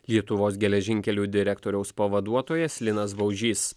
lietuvos geležinkelių direktoriaus pavaduotojas linas baužys